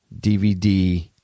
DVD